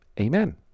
Amen